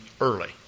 early